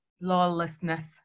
lawlessness